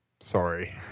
Sorry